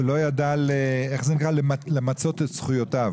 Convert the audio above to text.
הוא לא ידע למצות את זכויותיו.